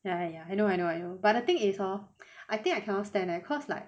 ya ya ya I know I know I know but the thing is hor I think I cannot stand leh cause like